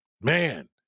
man